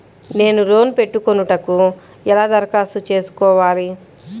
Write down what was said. నేను లోన్ పెట్టుకొనుటకు ఎలా దరఖాస్తు చేసుకోవాలి?